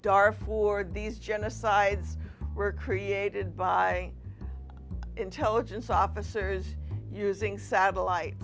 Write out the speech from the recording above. dar for these genocides were created by intelligence officers using satellite